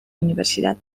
universidad